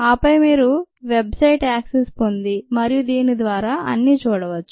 ఆపై మీరు website access పొంది మరియు దాని ద్వారా అన్నీ చూడవచ్చు